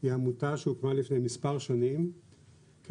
היא עמודתה שהוקמה לפני מספר שנים כדי